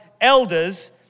elders